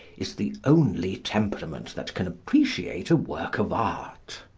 is the only temperament that can appreciate a work of art.